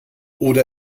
oder